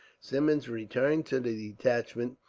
symmonds returned to the detachment,